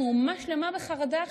אנחנו אומה שלמה בחרדה עכשיו,